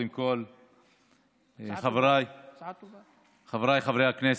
חבריי חברי הכנסת,